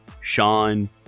sean